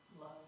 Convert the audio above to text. Love